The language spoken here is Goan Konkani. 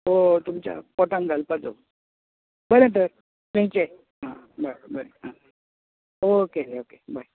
तो तुमच्या पोटान घालपाचो बरें तर मेळचें आं बरें बरें आं ओके ओके बाय